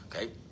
Okay